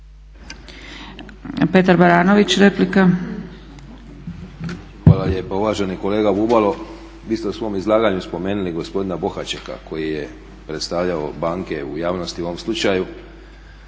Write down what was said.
Petar (Reformisti)** Hvala lijepa. Uvaženi kolega Bubalo, vi ste u svom izlaganju spomenuli gospodina Bohačeka koji je predstavljao banke u javnosti u ovom slučaju.